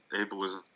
ableism